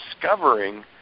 discovering